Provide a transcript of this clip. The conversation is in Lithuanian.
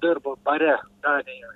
dirbo bare danijoj